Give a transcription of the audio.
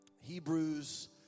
Hebrews